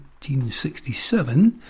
1967